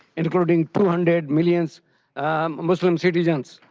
including two hundred million muslim citizens.